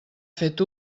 fet